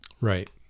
Right